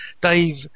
Dave